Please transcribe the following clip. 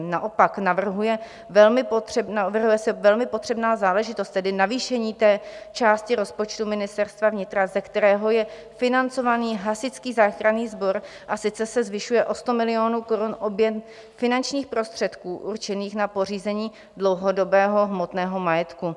Naopak navrhuje se velmi potřebná záležitost, tedy navýšení části rozpočtu Ministerstva vnitra, ze kterého je financovaný Hasičský záchranný sbor, a sice se zvyšuje o 100 milionů korun objem finančních prostředků určených na pořízení dlouhodobého hmotného majetku.